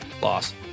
loss